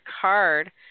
card